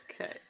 Okay